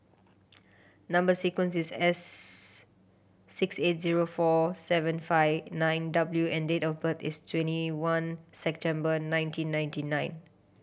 number sequence is S six eight zero four seven five nine W and date of birth is twenty one September nineteen ninety nine